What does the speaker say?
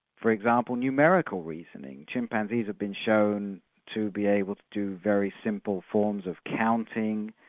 for example, numerical reasoning. chimpanzees have been shown to be able to do very simple forms of counting,